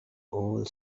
old